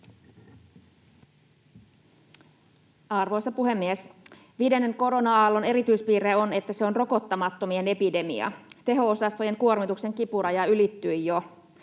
Arvoisa puhemies! Viidennen korona-aallon erityispiirre on, että se on rokottamattomien epidemia — teho-osastojen kuormituksen kipuraja ylittyi jo.